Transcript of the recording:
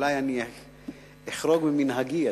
אולי אני אחרוג ממנהגי,